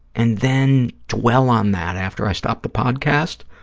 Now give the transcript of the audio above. and then dwell on that after i stop the podcast